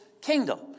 kingdom